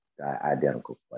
identical